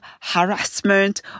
harassment